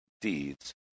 deeds